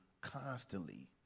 constantly